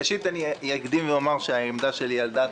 ראשית אקדים ואומר שהעמדה שלי היא על דעת